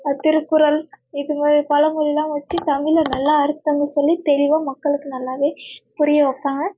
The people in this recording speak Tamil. திருக்குறள் இது பழமொழிலாம் வச்சு தமிழில் நல்லா அர்த்தங்கள் சொல்லி தெளிவாக மக்களுக்கு நல்லாவே புரிய வைப்பாங்க